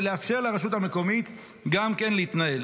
ולאפשר לרשות המקומית גם כן להתנהל.